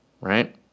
right